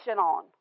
on